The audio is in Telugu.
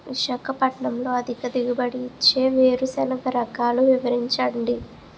విశాఖపట్నంలో అధిక దిగుబడి ఇచ్చే వేరుసెనగ రకాలు వివరించండి?